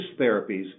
Therapies